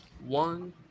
one